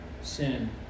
sin